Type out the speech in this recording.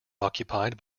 occupied